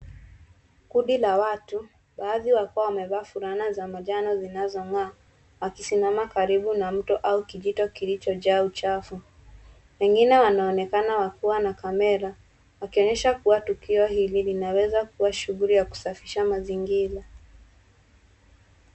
Kundi la watu, baadhi wakiwa wamevaa fulana za manjano zinazongaa wakisimama karibu na mto au kijito kilichojaa uchafu . Wengine wanaonekana wakiwa na camera wakionyesha kua tukio hili linaweza kuwa shughuli ya kusafisha mazingira .